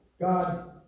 God